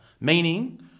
meaning